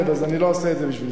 אז אני לא עושה את זה בשביל זה.